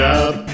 up